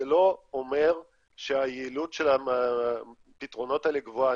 זה לא אומר שהיעלות של הפתרונות האלה גבוהה.